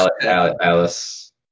Alice